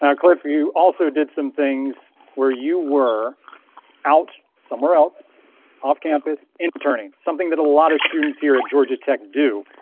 um cliff, you also did some things where you were out somewhere else off campus interning, something that a lot of students here at georgia tech do.